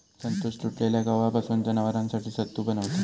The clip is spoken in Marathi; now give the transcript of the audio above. संतोष तुटलेल्या गव्हापासून जनावरांसाठी सत्तू बनवता